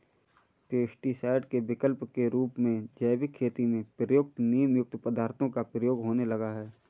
pesticide के विकल्प के रूप में जैविक खेती में प्रयुक्त नीमयुक्त पदार्थों का प्रयोग होने लगा है